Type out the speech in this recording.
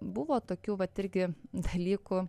buvo tokių vat irgi dalykų